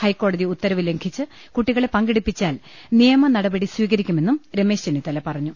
ഹൈക്കോടതി ഉത്തരവ് ലംഘിച്ച് കുട്ടികളെ പങ്കെടുപ്പിച്ചാൽ നിയമനടപടി സ്വീകരിക്കു മെന്നും രമേശ് ചെന്നിത്തല പറഞ്ഞു